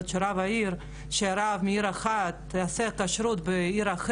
מישהו שהוא מנהל מחלקת אישות וגירות ברבנות,